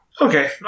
Okay